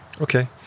Okay